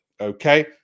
Okay